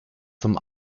zum